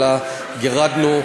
אלא גירדנו.